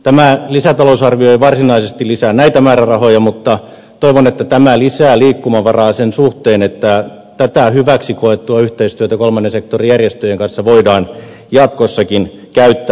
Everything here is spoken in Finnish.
tämä lisätalousarvio ei varsinaisesti lisää näitä määrärahoja mutta toivon että tämä lisää liikkumavaraa sen suhteen että tätä hyväksi koettua yhteistyötä kolmannen sektorin järjestöjen kanssa voidaan jatkossakin käyttää hyväksi